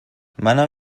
منم